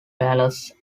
palace